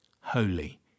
Holy